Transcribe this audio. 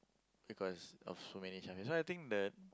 because of so many chinese why I think the